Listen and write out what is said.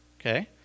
Okay